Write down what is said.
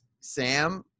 Sam